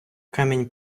камінь